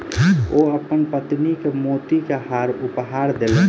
ओ अपन पत्नी के मोती के हार उपहार देलैन